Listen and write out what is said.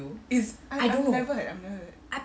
it's I never heard I never heard